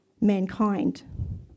mankind